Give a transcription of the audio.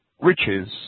riches